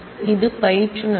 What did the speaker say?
இது இன்ஸ்டிரக்டர்